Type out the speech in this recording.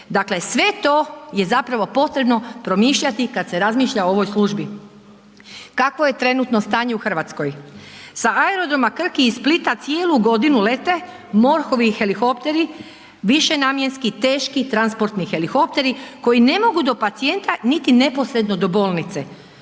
Dakle sve to je zapravo potrebno promišljati kada se razmišlja o ovoj službi. Kakvo je trenutno stanje u Hrvatskoj? Sa aerodroma Krk i iz Splita cijelu godinu lete MORH-ovi helikopteri, višenamjenski, teški, transportni helikopteri koji ne mogu do pacijenta niti neposredno do bolnice.